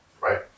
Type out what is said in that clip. Right